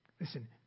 Listen